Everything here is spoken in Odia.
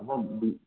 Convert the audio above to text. ଆପଣ ବି